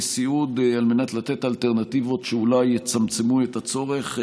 סיעוד על מנת לתת אלטרנטיבות שאולי יצמצמו את הצורך,